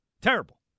Terrible